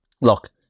look